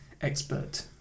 expert